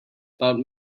about